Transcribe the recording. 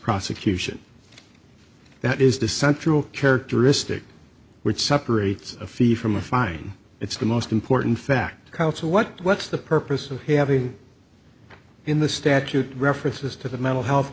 prosecution that is the central characteristic which separates a fee from a fine it's the most important fact to what what's the purpose of having in the statute references to the mental health